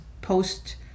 post